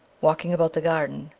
walking about the garden,